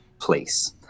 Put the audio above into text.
place